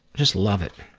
just love it.